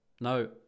No